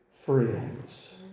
Friends